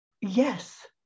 Yes